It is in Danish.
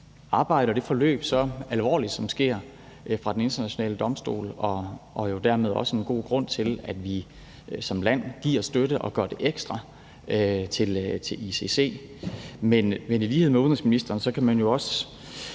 arbejde og det forløb, som sker fra Den Internationale Domstol, så alvorligt, og jo dermed også en god grund til, at vi som land giver støtte og gør det ekstra til ICC. Men i lighed med udenrigsministeren kan man jo også